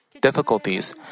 difficulties